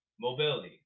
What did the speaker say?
mobility